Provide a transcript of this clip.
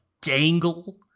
dangle